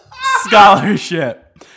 scholarship